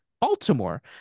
Baltimore